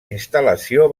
instal·lació